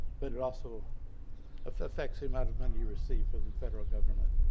but it also effects the amount of money you receive from the federal government.